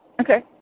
Okay